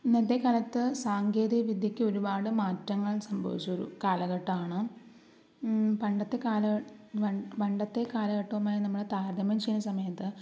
ഇന്നത്തെ കാലത്ത് സാങ്കേതികവിദ്യക്ക് ഒരുപാട് മാറ്റങ്ങൾ സംഭവിച്ച ഒരു കാലഘട്ടാണ് പണ്ടത്തെ കാലം പണ്ട് പണ്ടത്തെ കാലഘട്ടവുമായി നമ്മൾ താരതമ്യം ചെയ്യുന്ന സമയത്ത്